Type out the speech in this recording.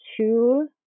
two